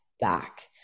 back